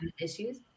issues